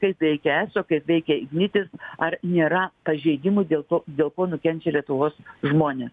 kaip veikia eso kaip veikia ignitis ar nėra pažeidimų dėl to dėl ko nukenčia lietuvos žmonė